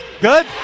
good